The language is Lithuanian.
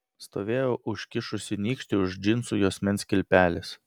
stovėjo užkišusi nykštį už džinsų juosmens kilpelės